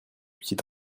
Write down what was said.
petit